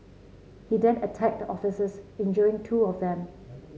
he then attacked the officers injuring two of them